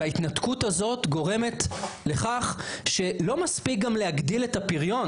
וההתנתקות הזאת גורמת לכך שלא מספיק גם להגדיל את הפריון,